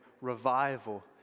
revival